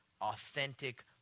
authentic